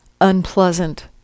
unpleasant